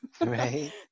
Right